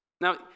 Now